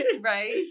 Right